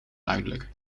duidelijk